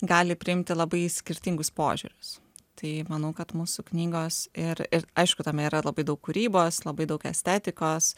gali priimti labai skirtingus požiūrius tai manau kad mūsų knygos ir ir aišku tame yra labai daug kūrybos labai daug estetikos